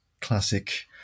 classic